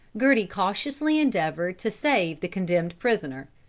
girty cautiously endeavored to save the condemned prisoner.